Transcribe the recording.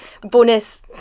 bonus